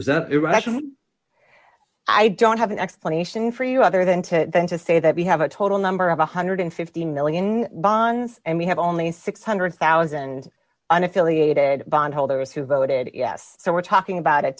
e that irrational i don't have an explanation for you other than to say that we have a total number of one hundred and fifty million bonds and we have only six hundred thousand and one affiliated bondholders who voted yes so we're talking about a